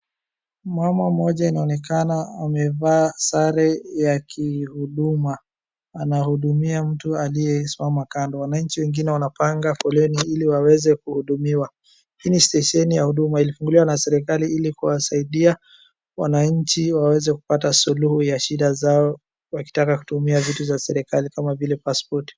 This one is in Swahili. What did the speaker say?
Mama mmoja inaonekana amevaa sare ya kihuduma, anahudumia mtu aliyesimama kando. Wananchi wengine wanapanga foleni ili waweze kuhudumiwa . Hii ni stesheni ya huduma ,ilifunguliwa na serikali ili kuwasaidia wananchi ili waweze kupata suluhu ya shida zao wakitaka kutumia vitu ya serikali kama vile pasipoti.